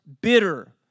bitter